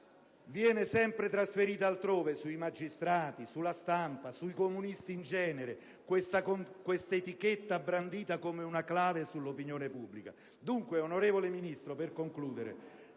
viene sempre trasferita altrove: sui magistrati, sulla stampa, sui comunisti in genere. Questa etichetta viene brandita come una clave sull'opinione pubblica. Dunque, onorevole Ministro, tramite